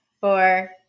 four